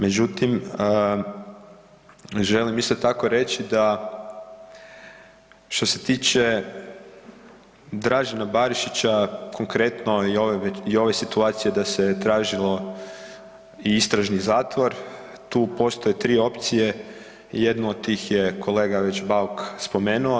Međutim, želim isto tako reći da što se tiče Dražena Barišića konkretno i ove situacije da se tražilo i istražni zatvor, tu postoje 3 opcije, jednu od tih je kolega već Bauk spomenuo.